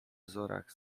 wzorach